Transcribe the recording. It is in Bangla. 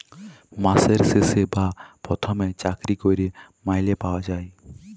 মাসের শেষে বা পথমে চাকরি ক্যইরে মাইলে পায়